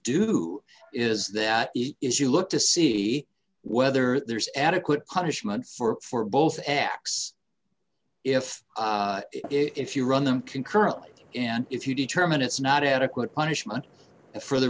do is that it is you look to see whether there's adequate punishment for both acts if if you run them concurrently and if you determine it's not adequate punishment for the